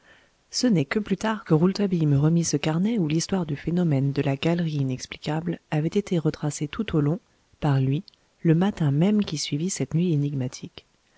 ce n'est que plus tard que rouletabille me remit ce carnet où l'histoire du phénomène de la galerie inexplicable avait été retracée tout au long par lui le matin même qui suivit cette nuit énigmatique